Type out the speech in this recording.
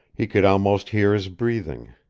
he could almost hear his breathing.